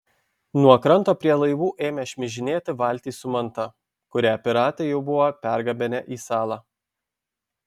nuo kranto prie laivų ėmė šmižinėti valtys su manta kurią piratai jau buvo pergabenę į salą